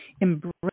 Embrace